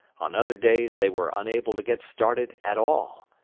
on other days they were unable to get started at all.